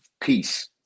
peace